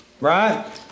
Right